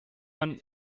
man